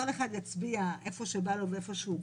כל אחד יצביע איפה שבא לו ואיפה שהוא גר.